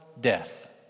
death